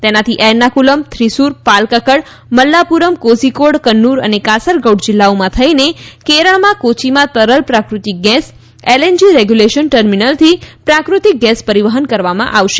તેનાથી એરનાકુલમ થ્રીસુર પાલકકડ મલ્લાપુરમ કોઝીકોડ કન્નૂર અને કાસરગૌડ જીલ્લાઓમાં થઇને કેરળના કોચ્યીમાં તરલ પ્રાકૃતિક ગેસ એલએનજી રેગ્યુલેશન ટર્મીનલથી પ્રાકૃતિક ગેસ પરીવહન કરવામાં આવશે